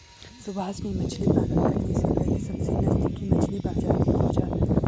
सुभाष ने मछली पालन करने से पहले सबसे नजदीकी मछली बाजार को खोजा